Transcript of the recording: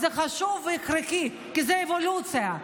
זה חשוב וזה הכרחי כי זה אבולוציה,